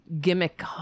gimmick